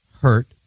hurt